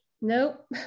Nope